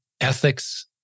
ethics